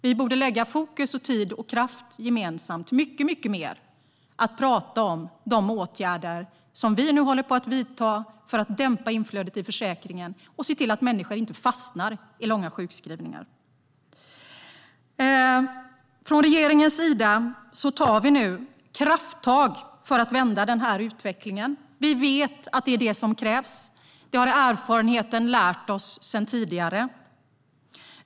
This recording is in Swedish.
Vi borde gemensamt lägga mycket mer fokus, tid och kraft på att tala om de åtgärder som vi nu håller på att vidta för att dämpa inflödet i försäkringen. Och vi borde se till att människor inte fastnar i långa sjukskrivningar. Regeringen tar nu krafttag för att vända utvecklingen. Vi vet att det är det som krävs. Det har erfarenheten lärt oss.